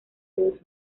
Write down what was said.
dos